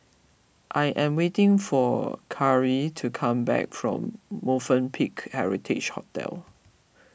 I am waiting for Karie to come back from Movenpick Heritage Hotel